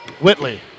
Whitley